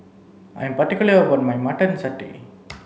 I'm particular about my mutton satay